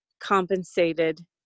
compensated